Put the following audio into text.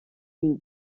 une